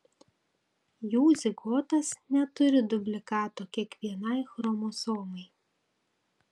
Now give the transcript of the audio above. jų zigotos neturi dublikato kiekvienai chromosomai